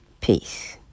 Peace